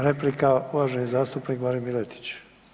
Replika uvaženi zastupnik Marin Miletić.